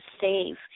save